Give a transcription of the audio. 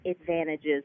advantages